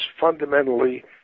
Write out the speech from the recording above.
fundamentally